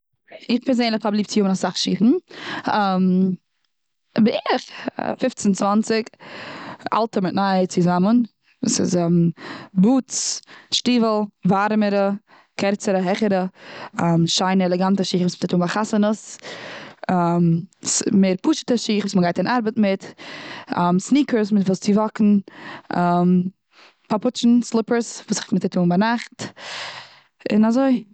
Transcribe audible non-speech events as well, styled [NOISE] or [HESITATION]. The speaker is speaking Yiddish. איך פערזענדליך האב ליב צו האבן אסאך שיכן. [HESITATION] בארך פופצן, צוואנציג, אלטע מיט נייע צוזאמען. ס'איז [HESITATION] בוטס, שטיוול, ווארעמע, קורצערע, העכערע, [HESITATION] שיינע עלעגאנטע וואס מ'טוט אן ביי חתונות. [HESITATION] ס- מער פשוטע שיך מיט וואס מ'גייט און ארבעט מיט. [HESITATION] סניקערס מיט וואס צו וואקן. [HESITATION] פופוטשן, סליפערס, וואס מ'טוט אן ביינאכט. און אזוי.